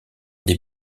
des